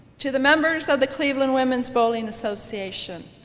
to the members of the cleveland women's bowling association,